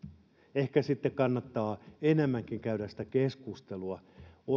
ehkä sitten kannattaa enemmänkin käydä sitä keskustelua